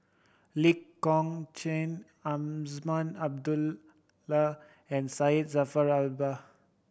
Lee Kong Chian Azman Abdullah and Syed Jaafar Albar